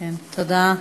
תודה.